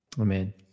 Amen